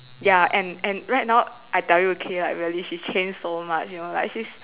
ya and and right now I tell you okay like really she change so much you know like she's